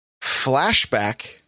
Flashback